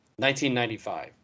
1995